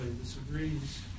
disagrees